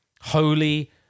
holy